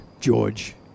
George